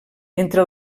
entre